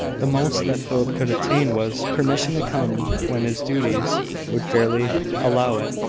the most that philip could obtain was, permission to come when his duties would fairly allow it,